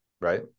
Right